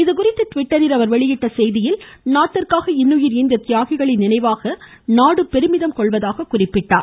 இதுகுறித்து ட்விட்டரில் அவர் வெளியிட்ட செய்தியில் நாட்டிற்காக இன்னுயிர் ஈந்த தியாகிகளின் நினைவாக நாடு பெருமிதம் கொள்வதாக தெரிவித்தார்